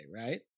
right